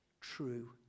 true